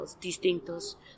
distintos